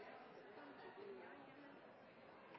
Den